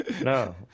No